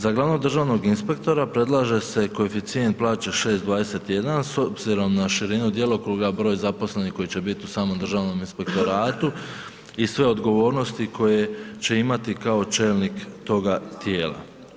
Za glavnog državnog inspektora predlaže se koeficijent plaće 6,21 s obzirom na širinu djelokruga broja zaposlenih koji će biti u samom Državnom inspektoratu i sve odgovornosti koje će imati kao čelnik toga tijela.